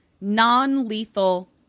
non-lethal